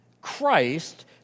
Christ